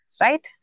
Right